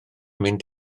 mynd